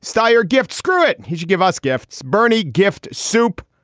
stier gift. screw it, and he should give us gifts. burny gift soup.